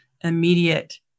immediate